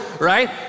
right